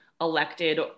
elected